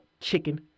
chicken